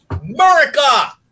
America